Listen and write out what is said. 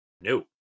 No